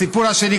הסיפור השני,